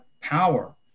power